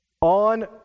on